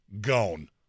gone